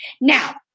now